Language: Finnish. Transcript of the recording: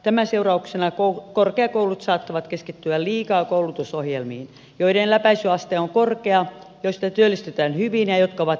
tämän seurauksena korkeakoulut saattavat keskittyä liikaa koulutusohjelmiin joiden läpäisyaste on korkea joista työllistytään hyvin ja jotka ovat edullisia toteuttaa